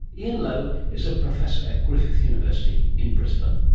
ian lowe is a professor at griffith university in brisbane.